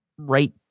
Right